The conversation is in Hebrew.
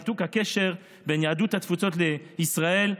ניתוק הקשר בין יהדות התפוצות לישראל,